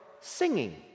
singing